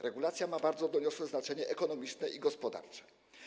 Regulacja ma bardzo doniosłe znaczenie ekonomiczne i gospodarcze.